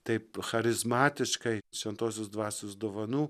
taip charizmatiškai šventosios dvasios dovanų